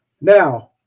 now